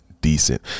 decent